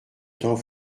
temps